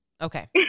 Okay